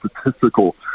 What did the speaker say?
statistical